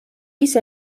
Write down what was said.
ise